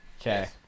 okay